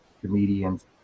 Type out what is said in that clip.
comedians